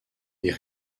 des